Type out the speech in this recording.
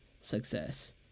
success